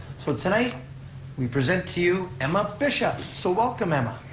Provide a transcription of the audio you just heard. so, tonight we present to you emma bishop! so, welcome, emma.